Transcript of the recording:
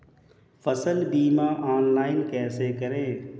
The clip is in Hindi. फसल बीमा ऑनलाइन कैसे करें?